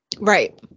Right